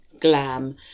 glam